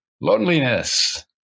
loneliness